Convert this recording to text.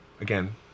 again